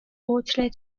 outlet